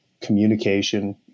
communication